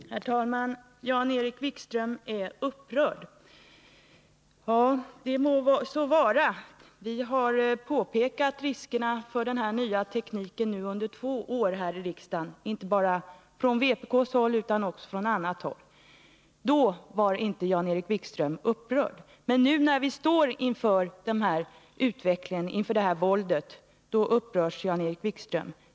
Herr talman! Jan-Erik Wikström är upprörd. Ja, det må så vara, men vi har pekat på riskerna för den här nya tekniken i två år nu här i riksdagen. Det har påpekats inte bara från vpk:s håll utan också från annat håll. Då var inte Jan-Erik Wikström upprörd, men nu när vi står inför den här utvecklingen, inför det här våldet, då upprörs Jan-Erik Wikström.